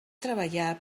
treballar